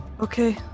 Okay